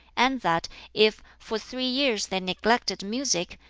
and that if for three years they neglected music,